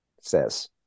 says